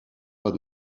pas